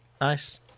nice